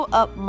up